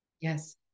Yes